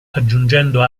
aggiungendo